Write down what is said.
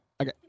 okay